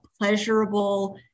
pleasurable